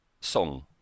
song